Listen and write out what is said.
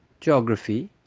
geography